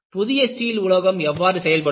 புதிய ஸ்டீல் உலோகம் எவ்வாறு செயல்படுகிறது